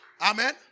Amen